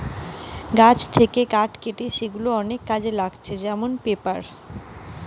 গাছ থেকে কাঠ কেটে সেগুলা অনেক কাজে লাগতিছে যেমন পেপার